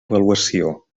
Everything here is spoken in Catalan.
avaluació